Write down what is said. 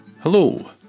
Hello